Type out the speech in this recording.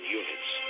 units